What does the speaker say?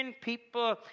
people